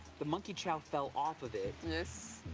the monkey chow fell off of it. yes.